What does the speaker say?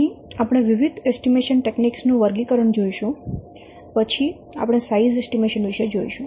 અહીં આપણે વિવિધ એસ્ટીમેશન ટેકનીક્સ નું વર્ગીકરણ જોઈશું પછી આપણે સાઈઝ એસ્ટીમેશન વિશે જોઈશું